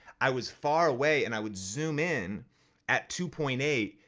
i was far away and i would zoom in at two point eight,